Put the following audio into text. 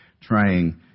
trying